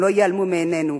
הם לא ייעלמו מעינינו,